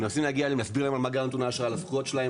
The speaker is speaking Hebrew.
מנסים להגיע להסדר על הזכויות שלהם.